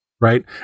right